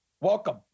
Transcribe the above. Welcome